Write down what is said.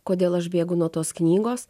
kodėl aš bėgu nuo tos knygos